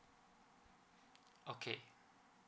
okay